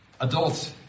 adults